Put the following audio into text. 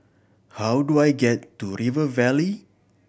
how do I get to River Valley